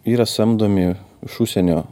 yra samdomi iš užsienio